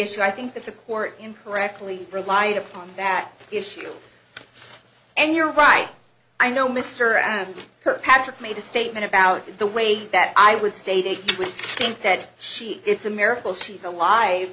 issue i think that the court incorrectly relied upon that issue and you're right i know mr and her patrick made a statement about the way that i would state you would think that she it's a miracle she's